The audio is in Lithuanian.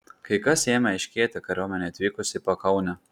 kai kas ėmė aiškėti kariuomenei atvykus į pakaunę